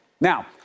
Now